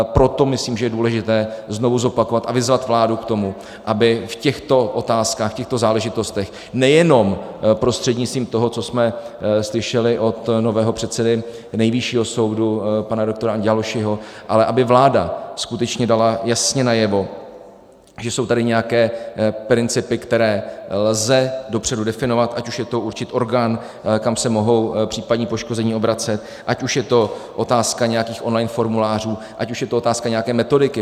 Proto myslím, že je důležité znovu zopakovat a vyzvat vládu k tomu, aby v těchto otázkách, v těchto záležitostech nejenom prostřednictvím toho, co jsme slyšeli od nového předsedy Nejvyššího soudu pana doktora Angyalossy‎ho, vláda skutečně dala jasně najevo, že jsou tady nějaké principy, které lze dopředu definovat, ať už je to určit orgán, kam se mohou případně poškození obracet, ať už je to otázka nějakých online formulářů, ať už je to otázka nějaké metodiky.